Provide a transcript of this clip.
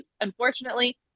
unfortunately